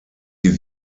die